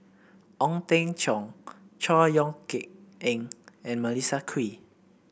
Ong Teng Cheong Chor Yeok Eng and Melissa Kwee